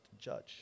judge